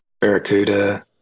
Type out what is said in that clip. Barracuda